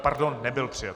Pardon, nebyl přijat.